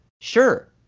Sure